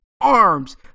arms